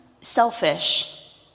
selfish